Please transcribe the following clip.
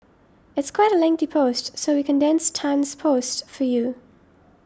it's quite a lengthy post so we condensed Tan's post for you